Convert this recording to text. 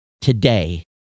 today